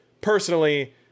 personally